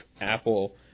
Apple